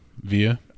Via